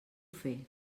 fer